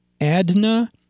Adna